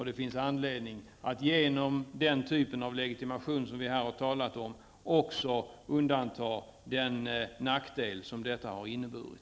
Det finns anledning att genom den typ av legitimation som vi här har talat om också undanta den nackdel som detta har inneburit.